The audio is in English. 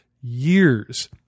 years